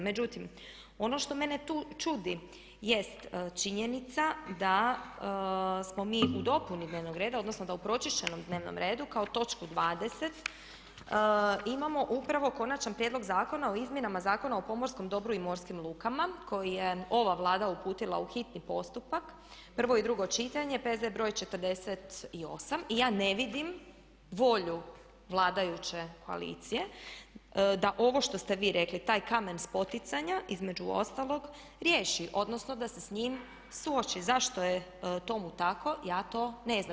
Međutim, ono što mene tu čudi jest činjenica da smo mi u dopuni dnevnog reda odnosno da u pročišćenom dnevnom redu kao točku 20. imamo upravo Konačan prijedlog Zakona o izmjenama zakona o pomorskom dobru i morskim lukama koji je ova Vlada uputila u hitni postupak, prvo i drugo čitanje, P.Z.E. br. 48 i ja ne vidim volju vladajuće koalicije da ovo što ste vi rekli taj kamen spoticanja između ostalog riješi odnosno da se s njim suoči, zašto je tomu tako, ja to ne znam.